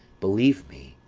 believe me,